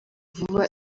vuba